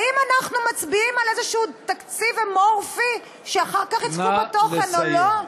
האם אנחנו מצביעים על איזשהו תקציב אמורפי שאחר כך ייצקו בו תוכן או לא?